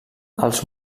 els